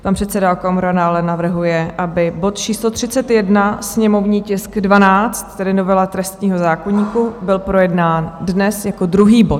Pan předseda Okamura dále navrhuje, aby bod číslo 31, sněmovní tisk 12, tedy novela trestního zákoníku, byl projednán dnes jako druhý bod.